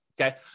okay